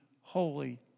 holy